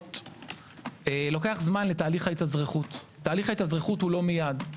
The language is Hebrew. במדינות לוקח זמן לתהליך ההתאזרחות והוא לא מיידי.